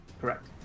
correct